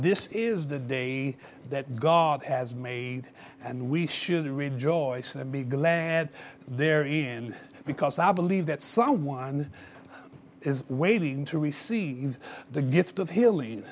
this is the day that god has made and we should rejoice and be glad there in because i believe that someone is waiting to receive the gift of healing